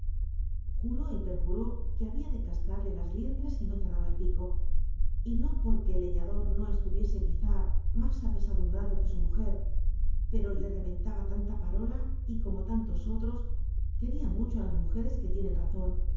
juró y perjuró que biblioteca nacional de españa babia de cascarle las licnclre no cerraba el pito y no porc uc clleiiatlor no csltll it quizá má ape ujumbraclo que su mujer pero le reventaba tanta parola y como tantos otros queriit mucho á las mujeres que limwn razon